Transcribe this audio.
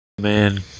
man